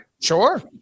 Sure